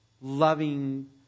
loving